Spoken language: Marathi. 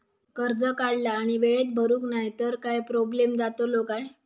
कर्ज काढला आणि वेळेत भरुक नाय तर काय प्रोब्लेम जातलो काय?